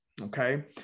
Okay